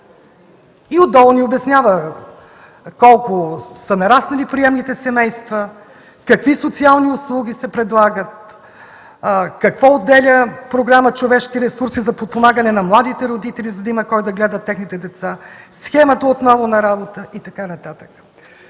И отдолу ни обяснява колко са нараснали приемните семейства, какви социални услуги се предлагат, какво отделя Програма „Човешки ресурси” за подпомагане на младите родители, за да има кой да гледа техните деца, отново схемата на работа и така нататък.